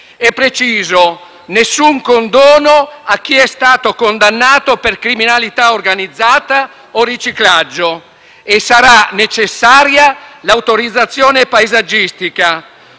e preciso che nessun condono ci sarà per chi è stato condannato per criminalità organizzata o riciclaggio e sarà necessaria l’autorizzazione paesaggistica.